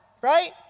right